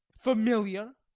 familiar!